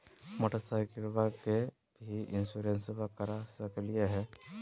मोटरसाइकिलबा के भी इंसोरेंसबा करा सकलीय है?